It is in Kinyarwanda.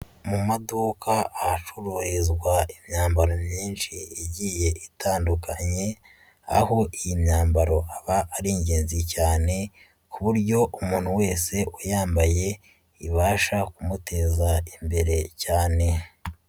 Mu maduka ahacuruzwa imyambaro myinshi igiye itandukanye, aho iyi myambaro aba ari ingenzi cyane ku buryo umuntu wese uyambaye ibasha kumuteza imbere cyane.